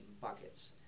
buckets